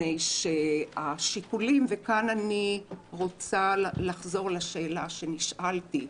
כאן אני רוצה לחזור לשאלה שנשאלתי.